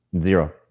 Zero